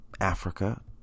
Africa